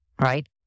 right